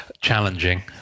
challenging